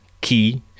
key